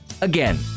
Again